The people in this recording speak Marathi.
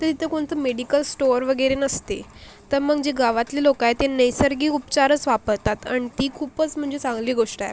तर इथं कोणतं मेडिकल स्टोर वगैरे नसते तर मग जे गावातले लोक आहेत ते नैसर्गिक उपचारच वापरतात आणि ती खूपच म्हणजे चांगली गोष्ट आहे